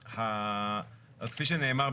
אז כפי שנאמר,